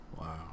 Wow